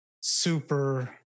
super